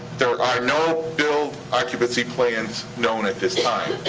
there are no build occupancy plans known at this time,